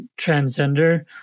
transgender